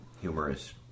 humorous